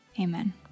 amen